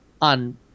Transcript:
on